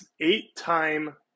eight-time